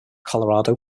colorado